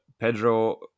pedro